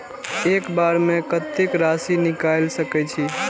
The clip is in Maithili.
एक बार में कतेक राशि निकाल सकेछी?